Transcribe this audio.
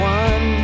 one